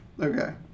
Okay